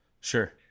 Sure